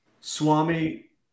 Swami